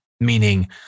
Meaning